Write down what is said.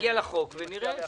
נגיע לחוק ונראה.